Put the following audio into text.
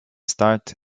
start